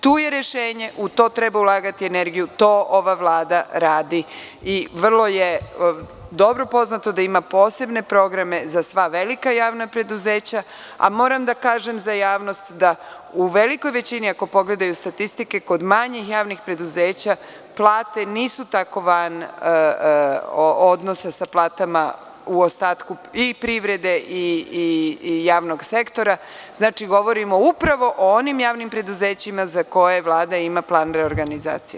Tu je rešenje i u to treba ulagati energiju i to ova Vlada radi i vrlo je dobro poznato da ima posebne programe za sva velika javna preduzeća, a moram da kažem za javnost da u velikoj većini, ako pogledaju statistike kod manjih javnih preduzeća, plate nisu tako, odnosno odnosi plata i privrede i javnog sektora, govorimo upravo o onim javnim preduzećima za koje Vlada ima plan organizacije.